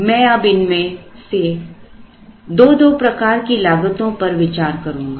मैं अब इनमें से दो दो प्रकार की लागतों पर विचार करूंगा